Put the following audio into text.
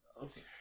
okay